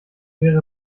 wäre